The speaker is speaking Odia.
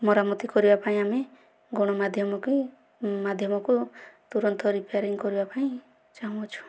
ମରାମତି କରିବା ପାଇଁ ଆମେ ଗଣମାଧ୍ୟମକୁ ମାଧ୍ୟମକୁ ତୁରନ୍ତ ରିପେୟାରିଂ କରିବା ପାଇଁ ଚାହୁଁଅଛୁ